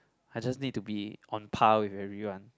I just need to be on par with everyone